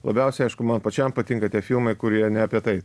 labiausiai aišku man pačiam patinka tie filmai kurie ne apie tai